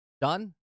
done